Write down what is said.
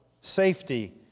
safety